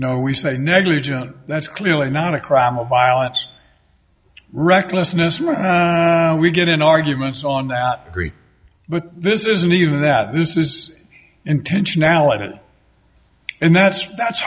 know we say negligent that's clearly not a crime of violence recklessness much we get in arguments on that agree but this isn't even that this is intentional and it and that's that's